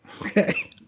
okay